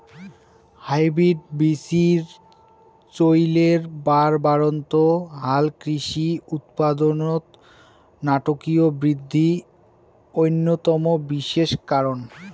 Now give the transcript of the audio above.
hybrid বীচির চইলের বাড়বাড়ন্ত হালকৃষি উৎপাদনত নাটকীয় বিদ্ধি অইন্যতম বিশেষ কারণ